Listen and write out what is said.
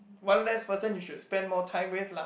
one less person you should spend more time with lah